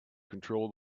control